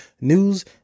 news